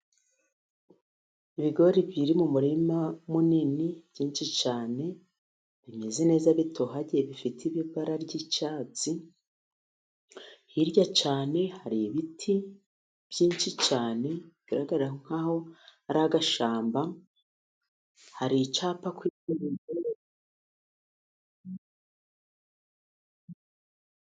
Ibigori biri mu murima munini byinshi cyane, bimeze neza bitohagiye bifite ibara ry'icyatsi, hirya cyane hari ibiti byinshi cyane bigaragara nkaho ari agashyamba, hari icyapa.